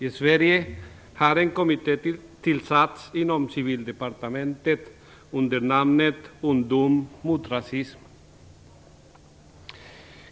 I Sverige har en kommitté tillsatts inom Civildepartementet under namnet Ungdom mot rasism.